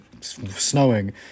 snowing